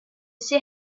sea